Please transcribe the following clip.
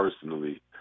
personally